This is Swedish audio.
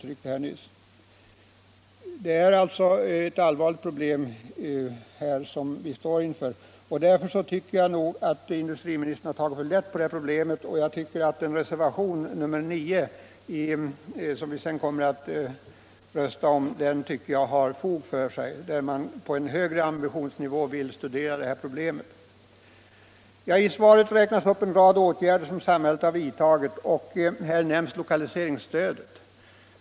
Vi står således inför en allvarlig situation, och jag tycker därför att industriministern har tagit alltför lätt på problemet. Reservationen 9, som vi sedan kommer att rösta om, har fog för sig; den ger uttryck för en högre ambitionsnivå för att lösa det här problemet. I svaret räknar man upp en rad åtgärder som samhället har vidtagit. Där nämns bl.a. lokaliseringsstöd.